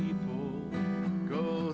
people go